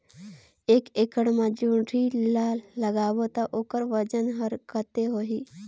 एक एकड़ मा जोणी ला लगाबो ता ओकर वजन हर कते होही?